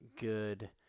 good